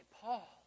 Paul